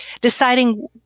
deciding